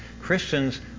Christians